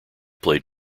played